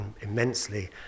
immensely